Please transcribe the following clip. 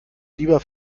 lieber